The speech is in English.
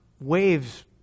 waves